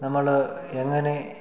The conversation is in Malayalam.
നമ്മൾ എങ്ങനെ